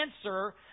answer